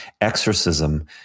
exorcism